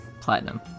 platinum